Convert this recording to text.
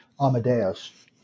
Amadeus